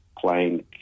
Playing